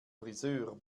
frisör